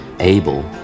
Abel